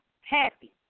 happy